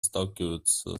сталкиваются